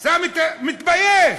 מתבייש.